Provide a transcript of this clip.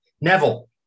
neville